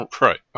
right